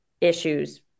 issues